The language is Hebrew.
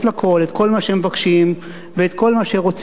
יש לכול את כל מה שמבקשים ואת כל מה שרוצים,